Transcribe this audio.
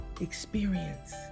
experience